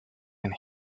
and